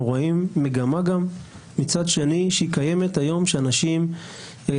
גם רואים היום מגמה שתוחלת החיים של אנשים עולה.